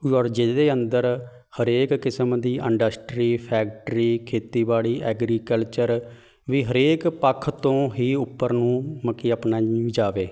ਜਿਹਦੇ ਅੰਦਰ ਹਰੇਕ ਕਿਸਮ ਦੀ ਅੰਡਸਟਰੀ ਫੈਕਟਰੀ ਖੇਤੀਬਾੜੀ ਐਗਰੀਕਲਚਰ ਵੀ ਹਰੇਕ ਪੱਖ ਤੋਂ ਹੀ ਉੱਪਰ ਨੂੰ ਮਕੀ ਆਪਣਾ ਜਾਵੇ